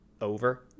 over